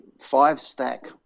five-stack